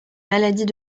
maladies